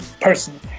personally